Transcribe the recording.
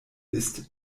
ist